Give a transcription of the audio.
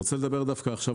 אני רוצה לדבר על השוק.